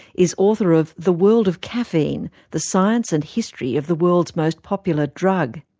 is author of the world of caffeine the science and history of the world's most popular drug.